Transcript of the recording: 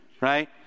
right